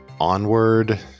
Onward